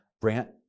Brant